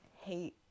hate